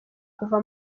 kuva